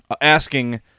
asking